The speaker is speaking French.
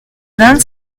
vingt